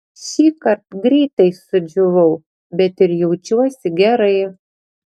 šįkart greitai sudžiūvau bet ir jaučiuosi gerai